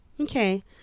Okay